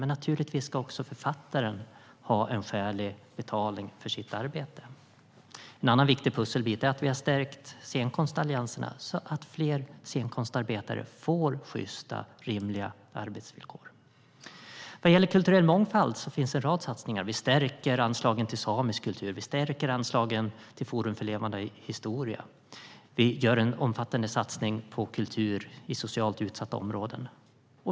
Men naturligtvis ska också författaren ha skälig betalning för sitt arbete. En annan viktig pusselbit är att vi har stärkt scenkonstallianserna så att fler scenkonstarbetare får sjysta, rimliga arbetsvillkor. Vad gäller kulturell mångfald finns det en rad satsningar. Vi stärker anslagen till samisk kultur. Vi stärker anslagen till Forum för levande historia. Vi gör en omfattande satsning på kultur i socialt utsatta områden.